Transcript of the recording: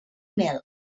mel